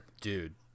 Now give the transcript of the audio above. Dude